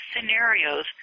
scenarios